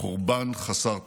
חורבן חסר תקדים.